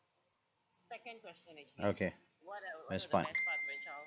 okay that's fine